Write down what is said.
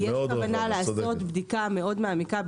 יש כוונה לעשות בדיקה רוחבית מעמיקה.